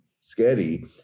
scary